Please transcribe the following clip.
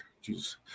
Jesus